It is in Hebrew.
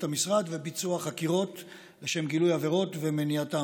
המשרד ולביצוע החקירות לשם גילוי העבירות ומניעתן.